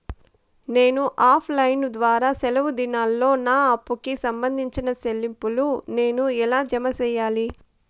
నేను offline ద్వారా సెలవు దినాల్లో నా అప్పుకి సంబంధించిన చెల్లింపులు నేను ఎలా జామ సెయ్యాలి?